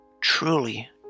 truly